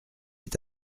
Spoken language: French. est